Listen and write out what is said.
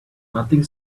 nothing